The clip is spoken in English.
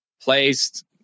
placed